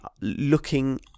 looking